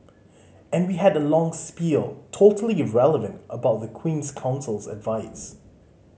and we had a long spiel totally irrelevant about the Queen's Counsel's advice